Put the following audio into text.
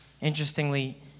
Interestingly